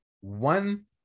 one